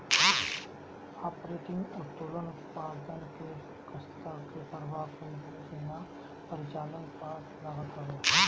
operating उत्तोलन उत्पादन के स्तर के परवाह कईला बिना परिचालन पअ लागत हवे